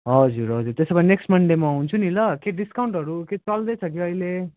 हजुर हजुर त्यसो भए नेक्स्ट मनडे म आउँछु नि ल के डिस्काउन्टहरू केही चल्दैछ कि अहिले